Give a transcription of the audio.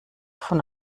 von